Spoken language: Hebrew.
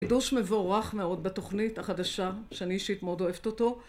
חידוש מבורך מאוד בתוכנית החדשה, שאני אישית מאוד אוהבת אותו